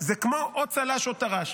זה כמו או צל"ש או טר"ש,